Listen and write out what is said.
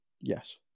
Yes